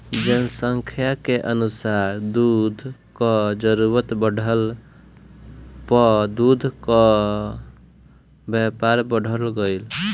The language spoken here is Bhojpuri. जनसंख्या के अनुसार दूध कअ जरूरत बढ़ला पअ दूध कअ व्यापार बढ़त गइल